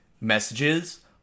messages